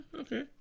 okay